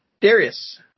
Darius